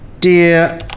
Dear